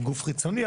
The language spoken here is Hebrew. גוף חיצוני,